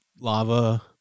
lava